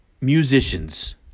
musicians